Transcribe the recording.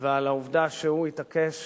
ועל העובדה שהוא התעקש